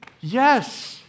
Yes